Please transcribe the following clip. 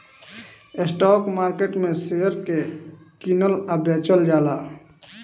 stock market में share के कीनल आ बेचल जाला